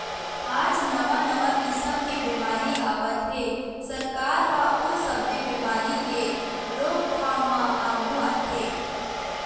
आज नवा नवा किसम के बेमारी आवत हे, सरकार ह ओ सब्बे बेमारी के रोकथाम म आघू आथे